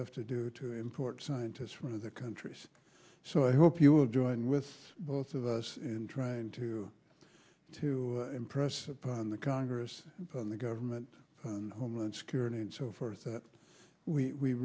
have to do to import scientists for the countries so i hope you will join with both of us in trying to to impress upon the congress and the government homeland security and so forth that we